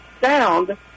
sound